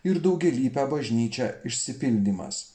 ir daugialypę bažnyčią išsipildymas